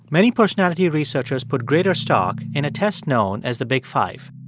many personality researchers put greater stock in a test known as the big five.